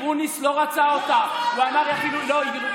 רציתם מישהי שתעבוד אצלכם, והינה, קיבלתם.